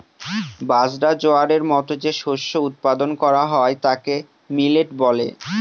বাজরা, জোয়ারের মতো যে শস্য উৎপাদন করা হয় তাকে মিলেট বলে